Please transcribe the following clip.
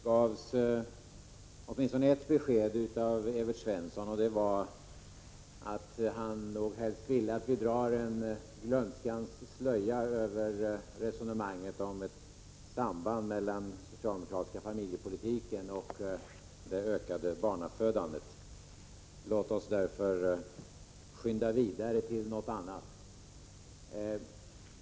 Herr talman! Evert Svensson gav åtminstone ett besked. Det var att han nog helst ville att vi drar en glömskans slöja över resonemanget om ett samband mellan den socialdemokratiska familjepolitiken och det ökade barnafödandet. Låt oss därför skynda vidare till något annat.